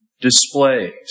displays